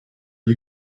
you